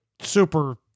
super